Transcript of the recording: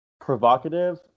provocative